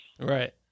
Right